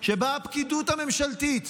שבה הפקידות הממשלתית